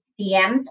DMs